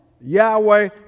Yahweh